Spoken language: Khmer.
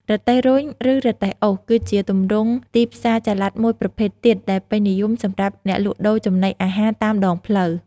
រទេះរុញ ឬ រទេះអូស គឺជាទម្រង់ទីផ្សារចល័តមួយប្រភេទទៀតដែលពេញនិយមសម្រាប់អ្នកលក់ដូរចំណីអាហារតាមដងផ្លូវ។